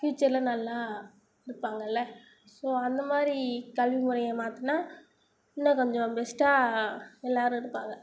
ஃப்யூச்சரில் நல்லா கற்றுப்பாங்கள்லை ஸோ அந்தமாதிரி கல்வி முறையை மாற்றுனா இன்னும் கொஞ்சம் பெஸ்ட்டாக எல்லோரும் இருப்பாங்க